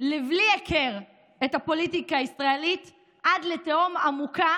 לבלי הכר את הפוליטיקה הישראלית, עד לתהום עמוקה